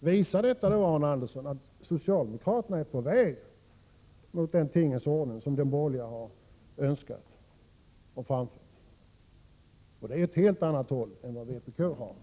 Visar detta, Arne Andersson, att socialdemokraterna är på väg mot den tingens ordning som de borgerliga har önskat? Det är något helt annat än vad vpk önskar.